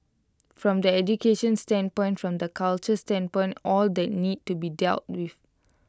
from the education standpoint from the culture standpoint all that needs to be dealt with